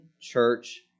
church